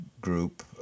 group